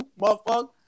motherfucker